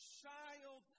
child